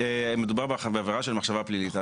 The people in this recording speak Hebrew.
מדובר בעבירה של מחשבה פלילית.